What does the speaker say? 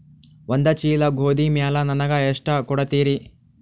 ಒಂದ ಚೀಲ ಗೋಧಿ ಮ್ಯಾಲ ನನಗ ಎಷ್ಟ ಕೊಡತೀರಿ?